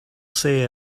say